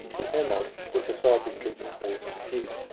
but hermod stood beside his drooping horse, mute,